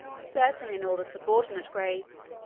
certainly in all the subordinate grades,